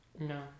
No